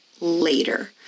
later